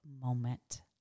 moment